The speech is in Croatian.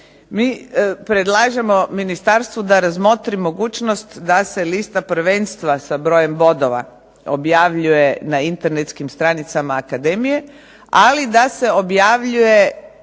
Mi predlažemo ministarstvu da razmotri mogućnost da se lista prvenstva sa brojem bodova objavljuje na internetskim stranicama akademije, ali da se objavljuje